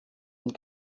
und